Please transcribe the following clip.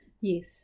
yes